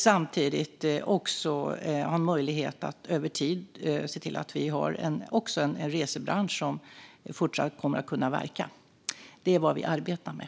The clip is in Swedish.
Samtidigt ska vi se till att vi har en resebransch som kommer att kunna fortsätta verka. Det är vad vi arbetar med.